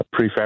prefabricated